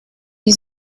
die